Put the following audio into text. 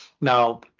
Now